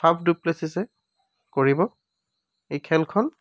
Faf du প্লেছিছে কৰিব এই খেলখন